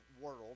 world